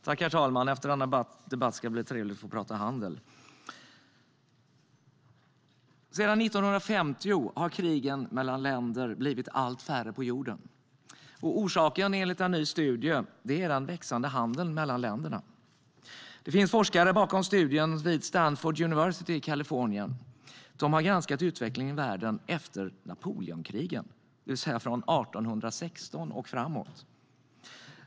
Herr talman! Sedan 1950 har krigen mellan jordens länder blivit allt färre. Enligt en ny studie är orsaken den växande handeln mellan länderna. Bakom studien står forskare vid Stanford University i Kalifornien. De har granskat utvecklingen i världen efter Napoleonkrigen, det vill säga från 1816 och framåt.